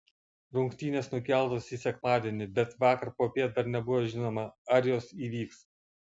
rungtynės nukeltos į sekmadienį bet vakar popiet dar nebuvo žinoma ar jos įvyks